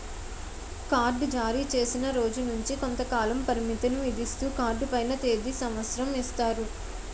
card జారీచేసిన రోజు నుంచి కొంతకాల పరిమితిని విధిస్తూ కార్డు పైన తేది సంవత్సరం ఇస్తారు